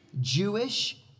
Jewish